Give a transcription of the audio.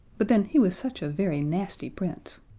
but then he was such a very nasty prince.